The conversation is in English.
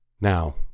Now